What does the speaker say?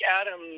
Adam